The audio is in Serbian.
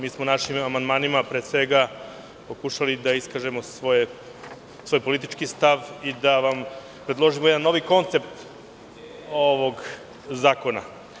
Mi smo našim amandmanima, pre svega, pokušali da iskažemo svoj politički stav i da vam predložimo jedan novi koncept ovog zakona.